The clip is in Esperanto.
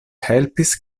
helpis